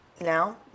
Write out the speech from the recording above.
now